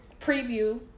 Preview